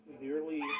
nearly